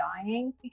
dying